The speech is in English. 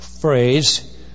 phrase